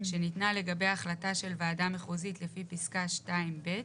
שניתנה לגביה החלטה של ועדה מחוזית לפי פסקה (2)(ב),